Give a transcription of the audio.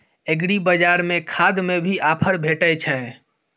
एग्रीबाजार में खाद में भी ऑफर भेटय छैय?